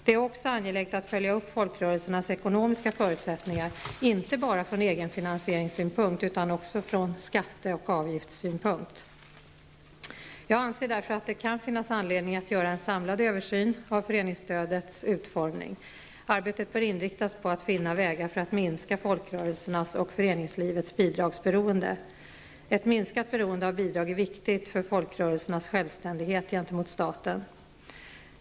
Det är också angeläget att följa upp folkrörelsernas ekonomiska förutsättningar, inte bara från egenfinansieringssynpunkt utan också från skatteoch avgiftssynpunkt. Jag anser därför att det kan finnas anledning att göra en samlad översyn av föreningsstödets utformning. Arbetet bör inriktas på att finna vägar för att minska folkrörelsernas och föreningslivets bidragsberoende. Ett minskat beroende av bidrag är viktigt för folkrörelsernas självständighet gentemot staten.